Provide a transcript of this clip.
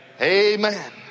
Amen